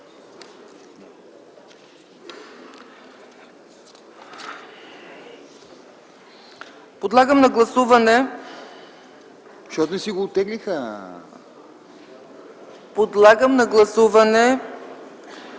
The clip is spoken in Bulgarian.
Подлагам на гласуване